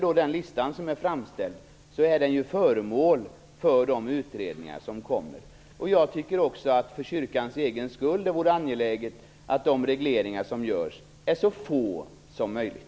Den lista som är framställd blir föremål för de utredningar som kommer. Jag tycker också att det för kyrkans egen skull vore angeläget att de regleringar som görs är så få som möjligt.